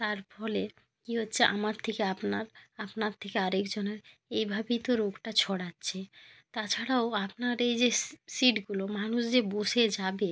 তার ফলে কী হচ্ছে আমার থেকে আপনার আপনার থেকে আরেকজনের এইভাবেই তো রোগটা ছড়াচ্ছে তাছাড়াও আপনার এই যে সিটগুলো মানুষ যে বসে যাবে